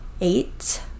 eight